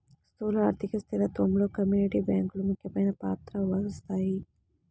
స్థూల ఆర్థిక స్థిరత్వంలో కమ్యూనిటీ బ్యాంకులు ముఖ్యమైన పాత్ర పోషిస్తాయి